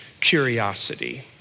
curiosity